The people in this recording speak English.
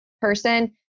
person